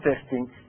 testing